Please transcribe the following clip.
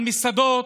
על מסעדות,